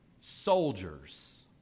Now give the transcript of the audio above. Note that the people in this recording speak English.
soldiers